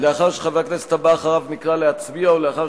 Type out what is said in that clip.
לאחר שחבר הכנסת הבא אחריו נקרא להצביע או לאחר